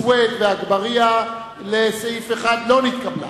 סוייד ואגבאריה לסעיף 1 לא נתקבלה.